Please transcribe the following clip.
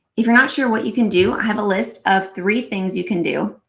if you're not sure what you can do, i have a list of three things you can do.